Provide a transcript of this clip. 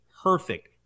Perfect